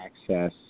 access